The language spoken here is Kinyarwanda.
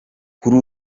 kuri